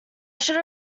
should